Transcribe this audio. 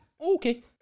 Okay